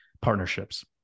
partnerships